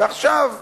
ועכשיו מסתבר,